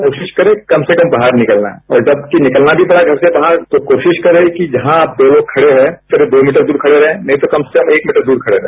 कोशिश करें कम से कम वाहर निकलना है और जब निकलना भी पड़े घर से बाहर तो कोशिश करे तो जहां आप दो लोग खड़े है करीब दो मीटर दूर खड़े रहे नहीं तो कम से कम एक मीटर दूर खड़े रहे